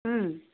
ꯎꯝ